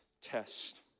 test